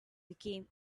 became